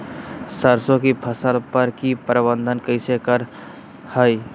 सरसों की फसल पर की प्रबंधन कैसे करें हैय?